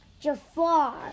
Jafar